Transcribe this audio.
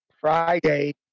Friday